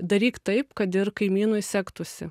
daryk taip kad ir kaimynui sektųsi